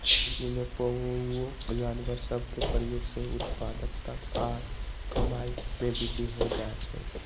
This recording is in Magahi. कृषि में पोअउऔ जानवर सभ के प्रयोग से उत्पादकता आऽ कमाइ में वृद्धि हो जाइ छइ